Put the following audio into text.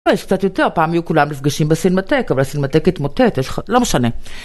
יש קצת יותר, פעם יהיו כולם נפגשים בסינמטק, אבל הסינמטק התמוטט, יש לך, לא משנה.